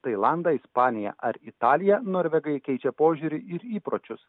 tailandą ispaniją ar italiją norvegai keičia požiūrį ir įpročius